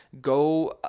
Go